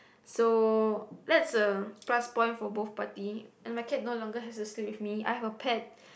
so that's a plus point for both party and my cat no longer has to sleep with me I have a pet